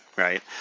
right